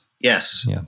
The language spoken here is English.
Yes